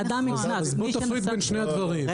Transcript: תפריד בין שני הדברים.